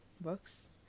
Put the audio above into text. books